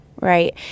right